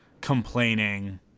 complaining